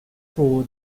thru